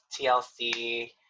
TLC